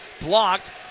blocked